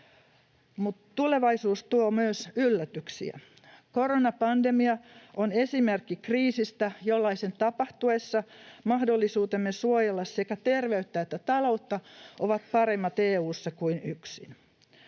Mutta tulevaisuus tuo myös yllätyksiä. Koronapandemia on esimerkki kriisistä, jollaisen tapahtuessa mahdollisuutemme suojella sekä terveyttä että taloutta ovat paremmat EU:ssa kuin yksin.